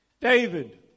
David